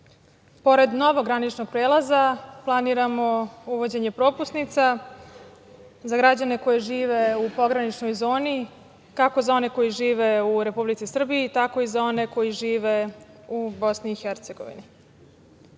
Pored novog graničnog prelaza, planiramo uvođenje propusnica za građane koji žive u pograničnoj zoni, kako za one koji žive u Republici Srbiji, tako i za one koji žive u Bosni i Hercegovini. Ovi